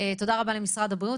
תודה רבה למשרד הבריאות,